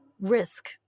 risk